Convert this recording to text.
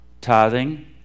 tithing